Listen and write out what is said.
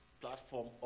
platform